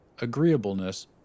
agreeableness